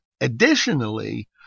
additionally